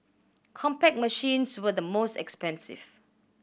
Compaq machines were the most expensive